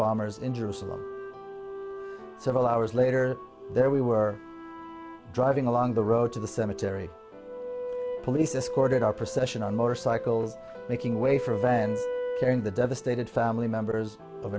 bombers in jerusalem several hours later there we were driving along the road to the cemetery police escorted our procession on motorcycles making way for vans carrying the devastated family members of